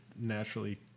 naturally